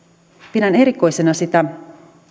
pidän erikoisena sitä